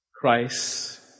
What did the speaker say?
Christ